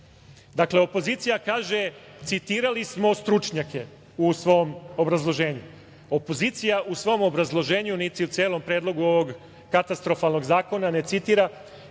Možda. Dakle, opozicija kaže - citirali smo stručnjake u svom obrazloženju. Opozicija u svom obrazloženju, niti u celom predlogu ovog katastrofalnog zakona ne citira